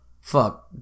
Fuck